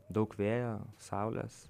daug vėjo saulės